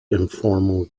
informal